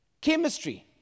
Chemistry